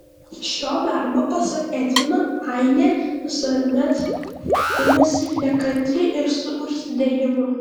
šio darbo pasak edvino ainė visuomet imasi nekantriai ir su užsidegimu